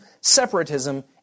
separatism